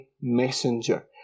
messenger